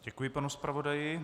Děkuji panu zpravodaji.